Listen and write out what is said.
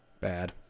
Bad